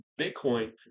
Bitcoin